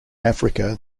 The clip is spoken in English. africa